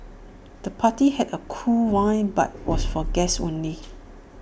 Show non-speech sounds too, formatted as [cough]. the party had A cool vibe but was [noise] for guests only